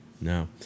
no